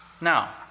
Now